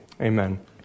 Amen